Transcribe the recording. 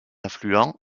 affluent